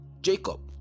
Jacob